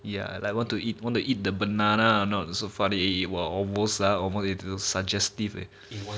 ya like want to eat want to eat the banana or not so funny eh almost ah almost suggestive eh